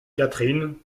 catherine